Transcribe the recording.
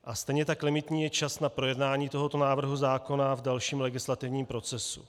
A stejně tak limitní je čas na projednání tohoto návrhu zákona v dalším legislativním procesu.